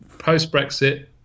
post-Brexit